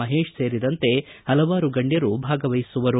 ಮಹೇಶ್ ಸೇರಿದಂತೆ ಹಲವಾರು ಗಣ್ಯರು ಭಾಗವಹಿಸುವರು